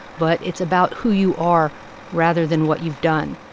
but it's about who you are rather than what you've done.